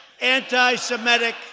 anti-Semitic